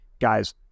guys